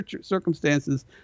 circumstances